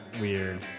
weird